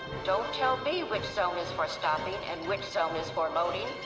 don't tell me which zone is for stopping and which zone is for loading.